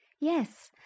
Yes